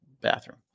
bathroom